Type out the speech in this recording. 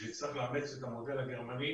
נצטרך לאמץ את המודל הגרמני.